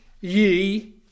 ye